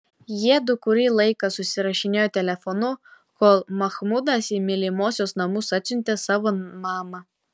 jiedu kurį laiką susirašinėjo telefonu kol mahmudas į mylimosios namus atsiuntė savo mamą